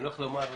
איך נאמר?